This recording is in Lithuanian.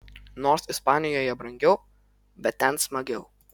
nors ispanijoje brangiau bet ten smagiau